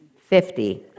Fifty